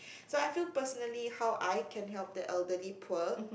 so I feel personally how I can help the elderly poor